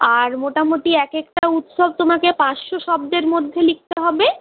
আর মোটামোটি এক একটা উৎসব তোমাকে পাঁশশো শব্দের মধ্যে লিখতে হবে